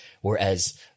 whereas